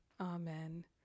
Amen